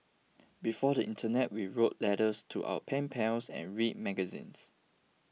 before the internet we wrote letters to our pen pals and read magazines